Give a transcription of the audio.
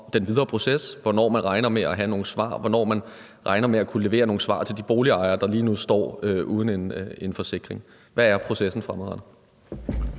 den videre proces, altså hvornår man regner med at have nogle svar, hvornår man regner med at kunne levere nogle svar til de boligejere, der lige nu står uden en forsikring? Hvad er processen fremadrettet?